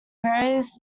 various